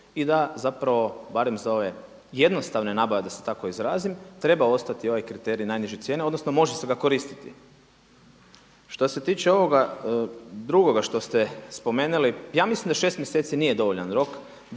i da zapravo barem za ove jednostavne nabave, da se tako izrazim, treba ostati ovaj kriterij najniže cijene odnosno može ga se koristiti. Što se tiče ovoga drugoga što ste spomenuli, ja mislim da šest mjeseci nije dovoljan rok